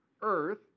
earth